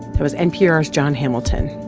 that was npr's jon hamilton